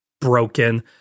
broken